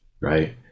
right